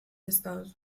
estados